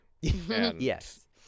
Yes